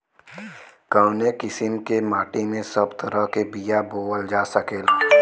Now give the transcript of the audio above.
कवने किसीम के माटी में सब तरह के बिया बोवल जा सकेला?